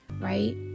Right